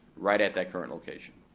right at that current location,